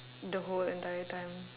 the whole entire time